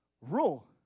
rule